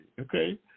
okay